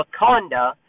Wakanda